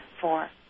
Four